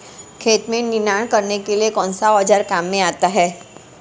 खेत में निनाण करने के लिए कौनसा औज़ार काम में आता है?